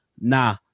nah